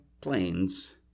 planes